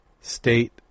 state